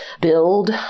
build